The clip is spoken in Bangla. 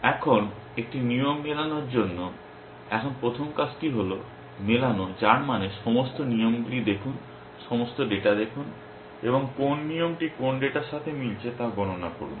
এখন একটি নিয়ম মেলানোর জন্য এখন প্রথম কাজটি হল মেলানো যার মানে সমস্ত নিয়মগুলি দেখুন সমস্ত ডেটা দেখুন এবং কোন নিয়মটি কোন ডেটার সাথে মিলছে তা গণনা করুন